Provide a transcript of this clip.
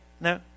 no